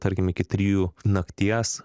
tarkim iki trijų nakties